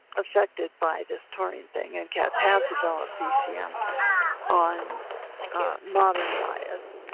affected by this taurine thing, and cats have developed dcm on modern diets.